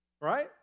right